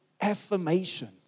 affirmation